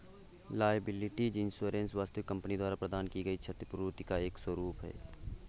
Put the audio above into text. liability insurance वस्तुतः company द्वारा प्रदान की गई क्षतिपूर्ति का एक स्वरूप है